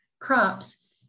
crops